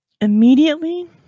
immediately